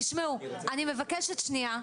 תשמעו, אני מבקשת שנייה.